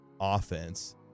offense